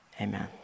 Amen